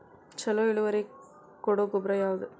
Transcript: ಛಲೋ ಇಳುವರಿ ಕೊಡೊ ಗೊಬ್ಬರ ಯಾವ್ದ್?